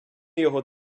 його